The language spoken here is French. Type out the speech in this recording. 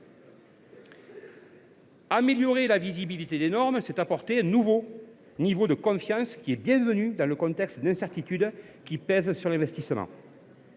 Améliorer la visibilité des normes, c’est apporter un niveau de confiance bienvenu, dans le contexte d’incertitude qui pèse sur l’investissement.